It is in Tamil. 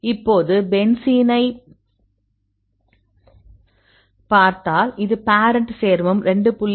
இப்போது பென்சீனைப் பார்த்தால் இது பேரண்ட் சேர்மம் 2